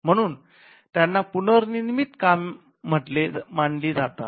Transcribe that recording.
म्हणून त्यांना पुनर्निर्मिती काम मानली जातात